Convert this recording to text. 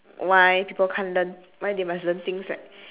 why people can't learn why they must learn things like